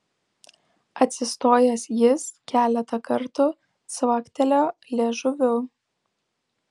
atsistojęs jis keletą kartų cvaktelėjo liežuviu